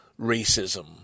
racism